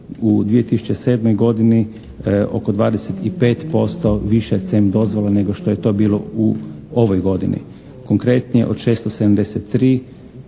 u 2007. godini oko 25% više CEM dozvola nego što je to bilo u ovoj godini. Konkretnije, od 673